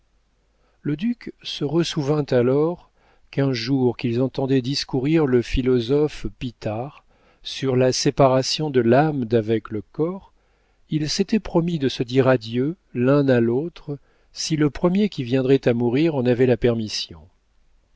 le duc se ressouvint alors qu'un jour qu'ils entendaient discourir le philosophe pitart sur la séparation de l'âme d'avec le corps ils s'étaient promis de se dire adieu l'un à l'autre si le premier qui viendrait à mourir en avait la permission